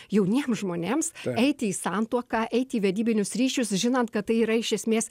jauniems žmonėms eiti į santuoką eiti į vedybinius ryšius žinant kad tai yra iš esmės